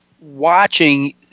watching